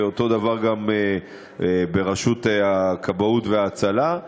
ואותו דבר גם ברשות הכבאות וההצלה,